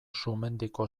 sumendiko